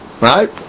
right